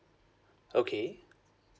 okay